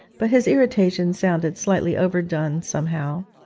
but his irritation sounded slightly overdone, somehow.